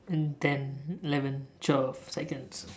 and ten eleven twelve seconds